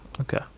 okay